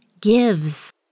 gives